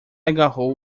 agarrou